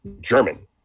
German